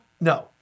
no